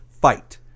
fight